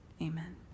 amen